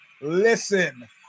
Listen